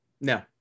No